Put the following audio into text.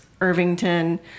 Irvington